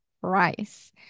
price